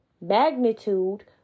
magnitude